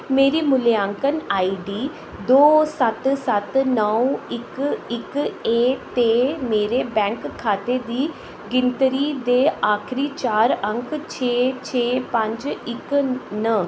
मेरी मूल्यांकन I D दो सत्त सत्त नौ इक इक ऐ ते मेरे बैंक खाते दी गिनतरी दे आखरी चार अंक छे छे पंज इक न